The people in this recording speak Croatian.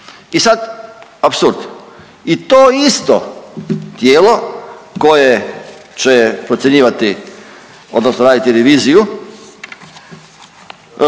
I sad apsurd. I to isto tijelo koje će procjenjivati odnosno raditi reviziju